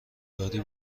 داری